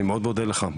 אני מאוד מודה לך.